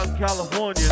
California